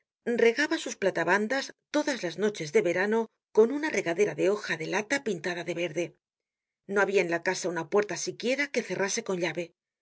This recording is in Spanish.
regaba sus platabandas todas las noches de verano con una regadera de hoja de lata pintada de verde no habia en la casa una puerta siquiera que cerrase con llave la